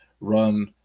run